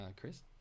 Chris